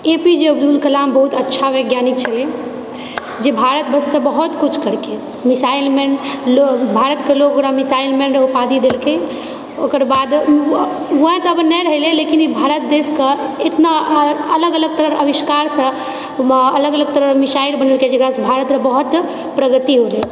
ए P J Abdul Kalam बहुत अच्छा वैज्ञानिक छलै जे भारत वास्ते बहुत कुछ केलकै मिसाइल मैन लोग भारतके लोग ओकरा मिसाइल मैन र उपाधि देलखिन ओकर बाद ऊ वाए तऽ आब नै रहलै लेकिन ई भारत देशक इतना अलग अलग तरहके आविष्कारसँ वा अलग अलग तरह मिसाइल बनेलकै जेकरासँ भारत र बहुत प्रगति होलै